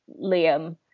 Liam